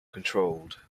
controlled